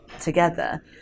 together